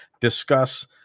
discuss